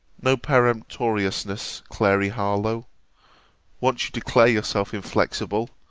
no peremptoriness, clary harlowe once you declare yourself inflexible,